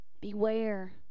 Beware